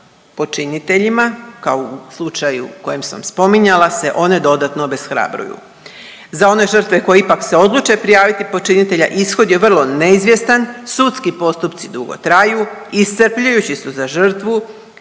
počiniteljima kao u slučaju kojem sam spominjala se one dodatno obeshrabruju. Za one žrtve koje ipak se odluče prijaviti počinitelja ishod je vrlo neizvjestan, sudski postupci dugo traju, iscrpljujući su za žrtvu,